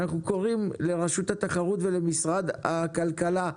אנחנו קוראים לרשות התחרות ולמשרד הכלכלה,